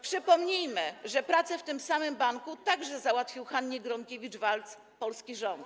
Przypomnijmy, że pracę w tym samym banku także załatwił Hannie Gronkiewicz-Waltz polski rząd.